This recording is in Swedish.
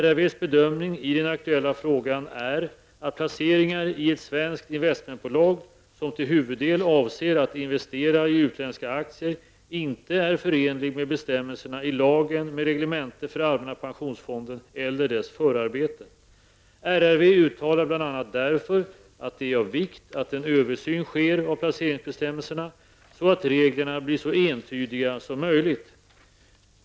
RRVs bedömning i den aktuella frågan är att placeringar i ett svenskt investmentbolag, som till huvuddel avser att investera i utländska aktier, inte är förenliga med bestämmelserna i lagen med reglemente för allmänna pensionsfonden eller dess förarbeten. RRV uttalar bl.a. därför att det är av vikt att en översyn sker av placeringsbestämmelserna, så att reglerna blir så entydiga som möjligt.